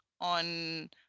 on